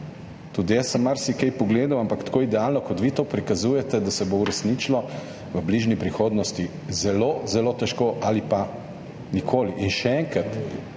Tudi jaz sem marsikaj pogledal, ampak tako idealno, kot vi to prikazujete, da se bo uresničilo v bližnji prihodnosti, zelo, zelo težko ali pa nikoli. In še enkrat,